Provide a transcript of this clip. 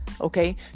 Okay